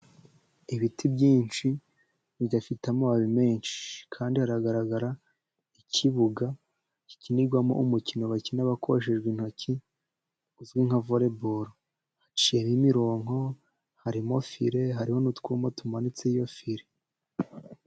Ibiti byinshi bidafite amababi menshi. Kandi hagaragara ikibuga gikinirwamo umukino bakina wakoreshejwe intoki uzwi nka voreboru. Haciyemo imironko, harimo file, hari n'utwuma tumanitseho fire.